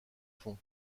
fond